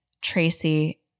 Tracy